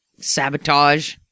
sabotage